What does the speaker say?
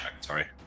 Sorry